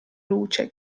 luce